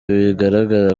bigaragara